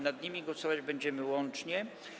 Nad nimi głosować będziemy łącznie.